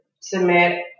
submit